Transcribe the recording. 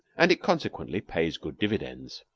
and it consequently pays good dividends.